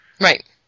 Right